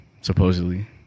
supposedly